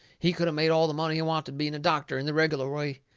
he could of made all the money he wanted being a doctor in the reg'lar way.